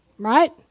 Right